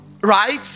right